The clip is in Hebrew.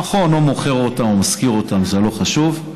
המכון מוכר אותן או משכיר אותן, זה לא חשוב,